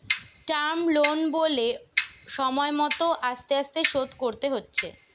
term loan বলে সময় মত আস্তে আস্তে শোধ করতে হচ্ছে